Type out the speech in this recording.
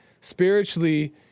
spiritually